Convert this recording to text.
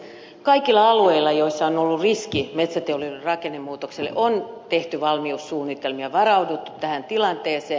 kaikilla alueilla joissa on ollut riski metsäteollisuuden rakennemuutokselle on tehty valmiussuunnitelmia varauduttu tähän tilanteeseen